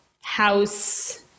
house